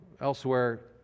Elsewhere